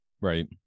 Right